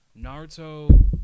Naruto